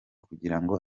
kugirango